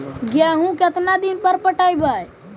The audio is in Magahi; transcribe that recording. गेहूं केतना दिन पर पटइबै?